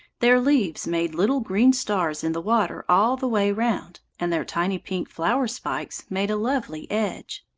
their leaves made little green stars in the water all the way round, and their tiny pink flower-spikes made a lovely edge.